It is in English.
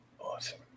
Awesome